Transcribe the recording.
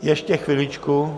Ještě chviličku.